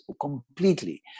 completely